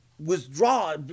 withdraw